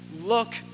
look